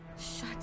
Shut